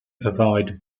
provide